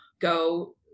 go